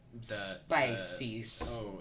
spicy